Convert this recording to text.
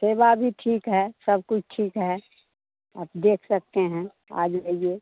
सेवा भी ठीक है सब कुछ ठीक है आप देख सकते हैं आ जाइए